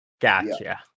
Gotcha